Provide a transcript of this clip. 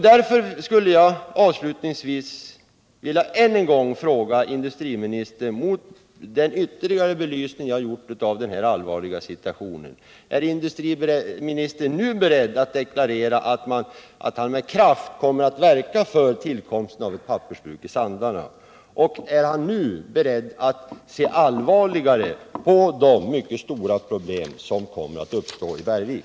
Därför skulle jag avslutningsvis än en gång vilja fråga industriministern, mot bakgrund av den ytterligare belysning jag har gjort av denna allvarliga situation: Är industriministern nu beredd att deklarera att han med kraft kommer att verka för tillkomsten av ett pappersbruk i Sandarne, och är han nu beredd att se allvarligare på de mycket stora problem som kommer att uppstå i Bergvik?